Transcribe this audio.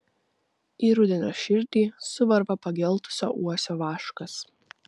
į rudenio širdį suvarva pageltusio uosio vaškas